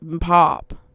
Pop